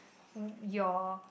your